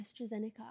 AstraZeneca